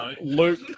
Luke